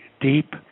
deep